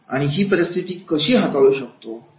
आणि ही परिस्थिती आपण कशी हाताळू शकलो असतो